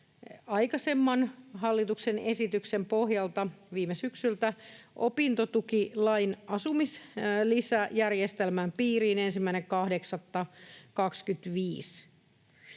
aikaisemman hallituksen esityksen pohjalta viime syksyltä opintotukilain asumislisäjärjestelmän piiriin 1.8.25.